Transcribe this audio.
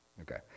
Okay